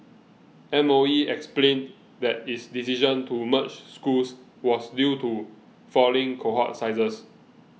M O E explained that its decision to merge schools was due to falling cohort sizes